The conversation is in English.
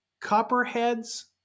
copperheads